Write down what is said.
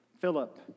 Philip